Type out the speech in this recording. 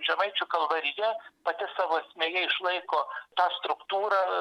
žemaičių kalvarija pati savo esmėje išlaiko tą struktūrą